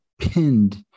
pinned